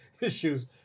issues